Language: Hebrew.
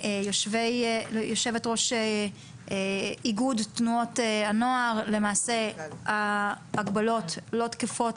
ליושבת ראש איגוד תנועות הנוער למעשה ההגבלות לא תקפות,